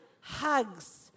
hugs